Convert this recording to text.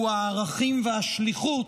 הוא הערכים והשליחות,